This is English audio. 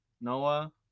Noah